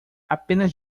apenas